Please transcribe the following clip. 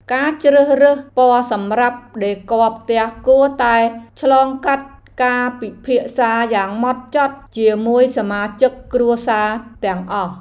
ការជ្រើសរើសពណ៌សម្រាប់ដេគ័រផ្ទះគួរតែឆ្លងកាត់ការពិភាក្សាយ៉ាងម៉ត់ចត់ជាមួយសមាជិកគ្រួសារទាំងអស់។